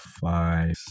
five